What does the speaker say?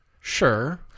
Sure